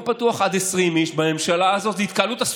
של קבוצת סיעת יש עתיד-תל"ם לסעיף 1 לא נתקבלה.